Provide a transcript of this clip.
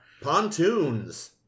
Pontoons